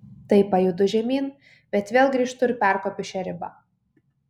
tai pajudu žemyn bet vėl grįžtu ir perkopiu šią ribą